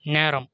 நேரம்